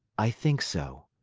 i think so.